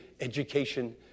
education